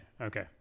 Okay